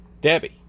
Debbie